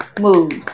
moves